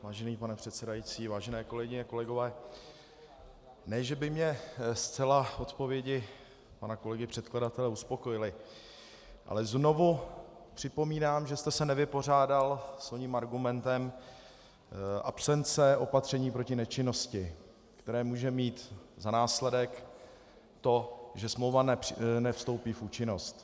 Vážený pane předsedající, vážené kolegyně, kolegové, ne že by mě zcela odpovědi pana kolegy předkladatele uspokojily, ale znovu připomínám, že jste se nevypořádal s oním argumentem absence opatření proti nečinnosti, které může mít za následek to, že smlouva nevstoupí v účinnost.